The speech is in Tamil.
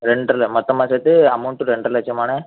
ரெண்டண்டில் மொத்தமாக சேர்த்து அமௌண்கிட்ட ரெண்டறை லட்சம்மாண்ணே